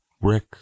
Rick